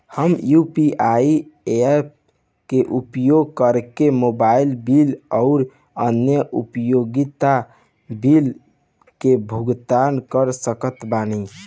हम UPI apps के उपयोग करके मोबाइल बिल आउर अन्य उपयोगिता बिलन के भुगतान कर सकत बानी